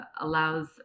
allows